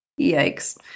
Yikes